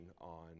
on